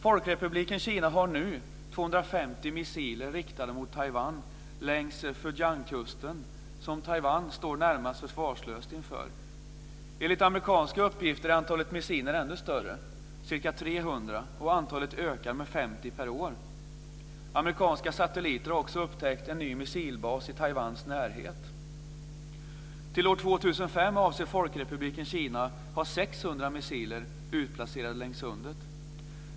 Folkrepubliken Kina har nu 250 missiler riktade mot Taiwan längs Fujiankusten som Taiwan står närmast försvarslös inför. Enligt amerikanska uppgifter är antalet missiler ännu större, ca 300, och antalet ökar med 50 per år. Amerikanska satelliter har också upptäckt en ny missilbas i Kina ha 600 missiler utplacerade längs sundet.